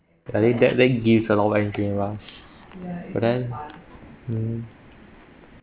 and that then give a long one drill around but then mm